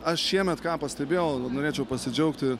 aš šiemet ką pastebėjau norėčiau pasidžiaugti